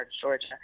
Georgia